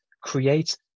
create